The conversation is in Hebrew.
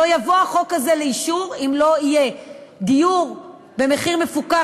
לא יבוא החוק הזה לאישור אם לא יהיה דיור במחיר מפוקח,